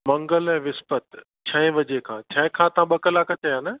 मंगल ऐं विसपति छहे बजे खां छहे खां त ॿ कलाक थिया न